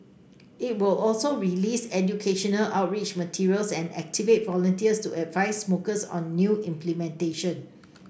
it will also release educational outreach materials and activate volunteers to advice smokers on the new implementation